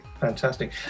Fantastic